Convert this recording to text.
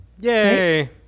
yay